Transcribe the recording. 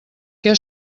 què